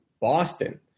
Boston